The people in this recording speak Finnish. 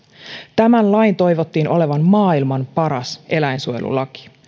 tämän lain toivottiin olevan maailman paras eläinsuojelulaki